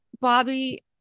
Bobby